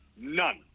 None